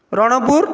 Ranpur